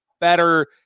better